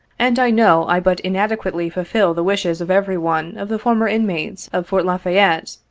and i know i but inadequately fulfil the wishes of every one of the former inmates of fort la fayette,